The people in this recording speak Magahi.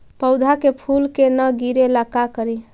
पौधा के फुल के न गिरे ला का करि?